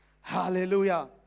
Hallelujah